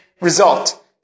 result